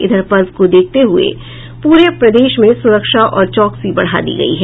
इधर पर्व को देखते हुए पूरे प्रदेश में सुरक्षा और चौकसी बढ़ा दी गयी है